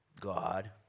God